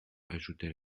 ajoutait